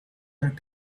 and